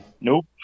Nope